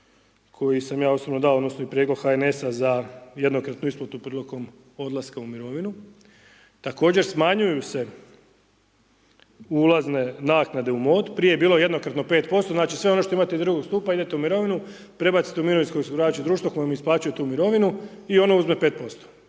koji sam ja osobno dao odnosno i prijedlog HNS-a za jednokratnu isplatu prilikom odlaska u mirovinu, također smanjuju se ulazne naknade u mod, prije je bilo jednokratno 5%, znači sve ono što imate iz drugog stupa idete u mirovinu, prebacite u mirovinsko osiguravajuće društvo koje vam isplaćuje tu mirovinu i ono uzme 5%,